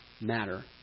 matter